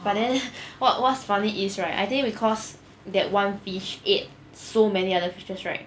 but then what was funny is right I think because that one fish ate so many other fishes right